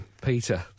Peter